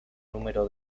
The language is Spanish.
número